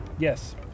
Yes